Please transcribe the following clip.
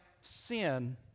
sin